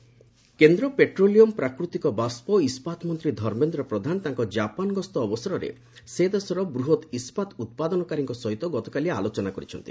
ପ୍ରଧାନ Japan କେନ୍ଦ୍ର petroleum ପ୍ରାକୃତିକ ବାଷ୍କ ଓ ଇସ୍କାତ ମନ୍ତ୍ରୀ ଧର୍ମେନ୍ଦ୍ର ପ୍ରଧାନ ତାଙ୍କ ଜାପାନ୍ ଗସ୍ତ ଅବସରରେ ସେ ଦେଶର ବୃହତ୍ ଇସ୍କାତ୍ ଉତ୍ପାଦନକାରୀଙ୍କ ସହିତ ଗତକାଲି ଆଲୋଚନା କରିଛନ୍ତି